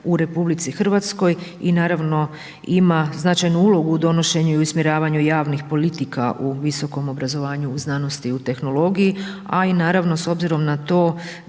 u RH i naravno ima značajnu ulogu u donošenju i usmjeravanju javnih politika u visokom obrazovanju, u znanosti, u tehnologiji. A i naravno s obzirom na to